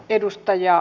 kiitos